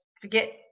forget